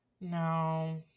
No